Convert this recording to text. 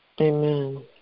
Amen